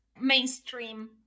mainstream